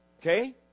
Okay